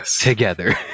together